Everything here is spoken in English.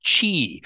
chi